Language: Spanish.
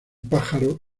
pájaro